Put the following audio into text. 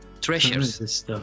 treasures